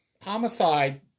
homicide